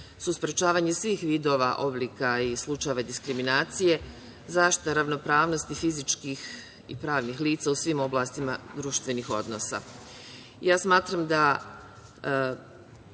su sprečavanje svih vidova, oblika i slučajeva diskriminacije, zaštita ravnopravnosti fizičkih i pravnih lica u svim oblastima društvenih odnosa. Smatram ste